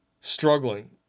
struggling